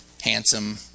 handsome